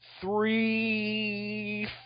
three